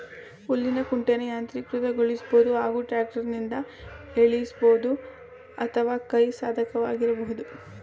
ಹುಲ್ಲಿನ ಕುಂಟೆನ ಯಾಂತ್ರೀಕೃತಗೊಳಿಸ್ಬೋದು ಹಾಗೂ ಟ್ರ್ಯಾಕ್ಟರ್ನಿಂದ ಎಳಿಬೋದು ಅಥವಾ ಕೈ ಸಾಧನವಾಗಿರಬಹುದು